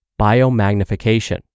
biomagnification